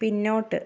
പിന്നോട്ട്